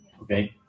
okay